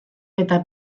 eta